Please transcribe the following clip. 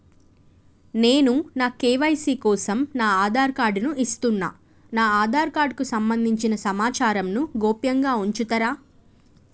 నేను నా కే.వై.సీ కోసం నా ఆధార్ కార్డు ను ఇస్తున్నా నా ఆధార్ కార్డుకు సంబంధించిన సమాచారంను గోప్యంగా ఉంచుతరా?